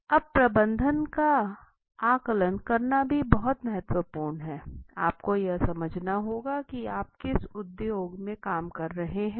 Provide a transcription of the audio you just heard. अब प्रबंधक का आकलन करना भी बहुत महत्वपूर्ण है आपको यह समझना होगा की आप किस उद्योग में काम कर रहे हैं